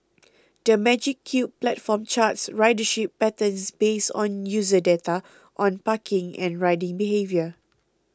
the Magic Cube platform charts ridership patterns based on user data on parking and riding behaviour